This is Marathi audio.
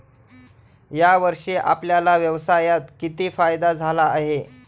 या वर्षी आपल्याला व्यवसायात किती फायदा झाला आहे?